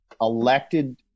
elected